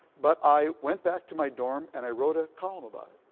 but i went back to my dorm and i wrote a column about it.